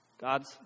God's